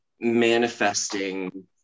manifesting